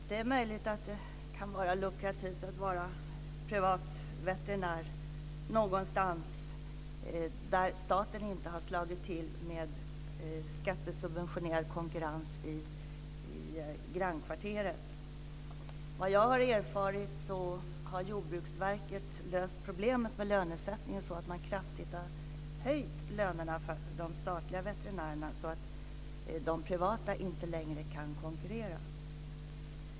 Fru talman! Det är möjligt att det kan vara lukrativt att vara privat veterinär någonstans där staten inte har slagit till med skattesubventionerad konkurrens i grannkvarteret. Vad jag har erfarit har Jordbruksverket löst problemet med lönesättningen med en kraftig höjning av lönerna för de statliga veterinärerna så att de privata inte längre kan konkurrera.